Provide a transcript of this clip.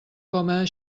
coma